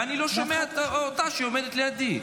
ואני לא שומע אותה כשהיא עומדת לידי.